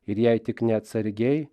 ir jei tik neatsargiai